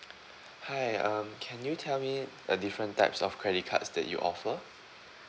hi um can you tell me a different types of credit cards that you offer